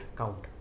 count